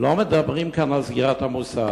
לא מדברים כאן על סגירת המוסד.